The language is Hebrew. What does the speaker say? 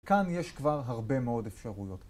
כאן יש כבר הרבה מאוד אפשרויות.